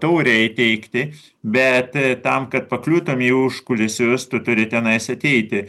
taurę įteikti bet tam kad pakliūtum į užkulisius tu turi tenais ateiti